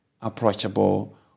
approachable